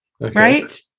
right